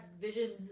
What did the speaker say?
visions